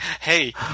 Hey